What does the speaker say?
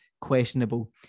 questionable